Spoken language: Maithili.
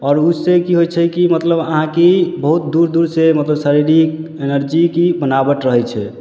आओर उससे की होइ छै कि मतलब अहाँ की बहुत दूर दूर से मतलब शारीरिक एनर्जी की बनाबट रहै छै